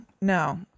No